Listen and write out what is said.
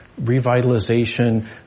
revitalization